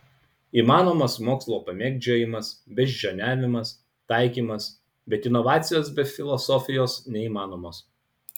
įmanomas mokslo pamėgdžiojimas beždžioniavimas taikymas bet inovacijos be filosofijos neįmanomos